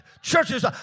Churches